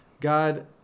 God